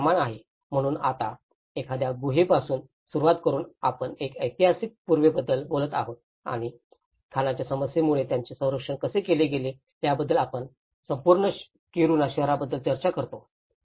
हे एक प्रमाण आहे म्हणून आता एखाद्या गुहेपासून सुरुवात करून आपण एका ऐतिहासिक पूर्वेबद्दल बोलत आहोत आणि खाणच्या समस्येमुळे त्याचे संरक्षण कसे केले गेले याबद्दल आपण संपूर्ण किरुणा शहराबद्दलही चर्चा करतो